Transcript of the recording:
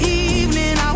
evening